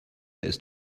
ist